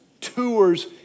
tours